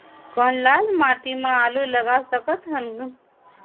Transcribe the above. कौन लाल माटी म आलू लगा सकत हन?